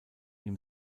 ihm